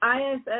ISS